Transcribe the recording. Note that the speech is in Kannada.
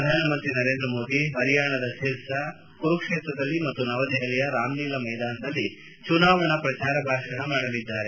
ಪ್ರಧಾನಮಂತ್ರಿ ನರೇಂದ್ರ ಮೋದಿ ಹರಿಯಾಣದ ಸಿರ್ಸಾ ಕುರುಕ್ಷೇತ್ರದಲ್ಲಿ ಮತ್ತು ನವದೆಹಲಿಯ ರಾಮ್ಲೀಲಾ ಮ್ನೆದಾನದಲ್ಲಿ ಚುನಾವಣಾ ಪ್ರಚಾರ ಭಾಷಣ ಮಾಡಲಿದ್ದಾರೆ